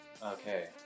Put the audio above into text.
Okay